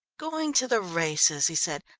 going to the races, he said,